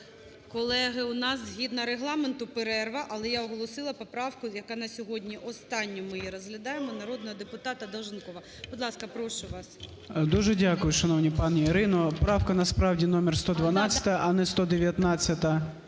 дякую, шановна пані Ірино. Правка насправді номер 112-а, а не 119-а.